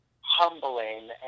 humbling